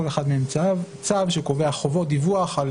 יש לכל אחד מהם צו שקובע חובות דיווח גם